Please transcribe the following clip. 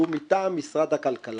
שהוא מטעם משרד הכלכלה.